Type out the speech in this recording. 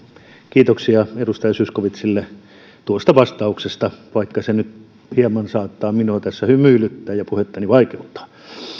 kiitoksia edustaja zyskowiczille tuosta vastauksesta vaikka se nyt hieman saattaa minua tässä hymyilyttää ja puhettani vaikeuttaa